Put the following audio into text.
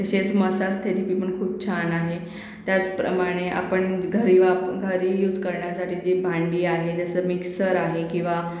तसेच massage therapy पण खूप छान आहे त्याचप्रमाणे आपण घरी वाप घरी यूज करण्यासाठी जे भांडी आहे जसं मिक्सर आहे किंवा